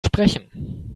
sprechen